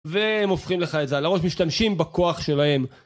והם הופכים לך את זה, על הראש משתמשים בכוח שלהם.